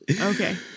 Okay